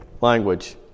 language